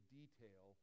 detail